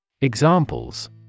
Examples